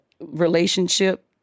relationship